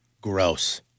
gross